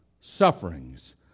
sufferings